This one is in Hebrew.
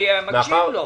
אני מקשיב לו.